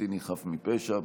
בפלסטיני חף מפשע.